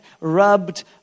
rubbed